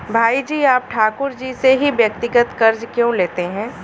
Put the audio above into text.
भाई जी आप ठाकुर जी से ही व्यक्तिगत कर्ज क्यों लेते हैं?